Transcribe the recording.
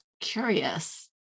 curious